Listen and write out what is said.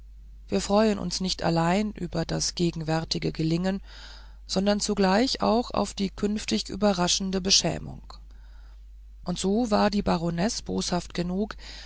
wir freuen uns nicht allein über das gegenwärtige gelingen sondern zugleich auch auf die künftig überraschende beschämung und so war die baronesse boshaft genug